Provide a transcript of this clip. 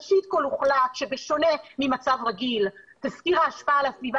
ראשית כל הוחלט שבשונה ממצב רגיל תסקיר השפעה על הסביבה